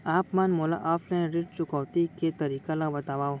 आप मन मोला ऑफलाइन ऋण चुकौती के तरीका ल बतावव?